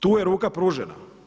Tu je ruka pružena.